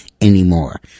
anymore